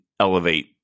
elevate